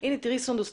תראי סונדוס,